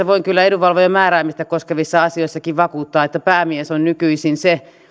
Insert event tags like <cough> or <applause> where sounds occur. <unintelligible> voin kyllä edunvalvojan määräämistä koskevissa asioissakin vakuuttaa että maistraatin työssä päämies on nykyisin se